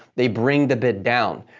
they bring the bid down.